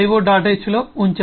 h లో ఉంచారు